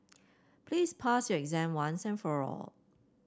please pass your exam once and for all